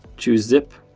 choose zip,